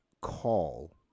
call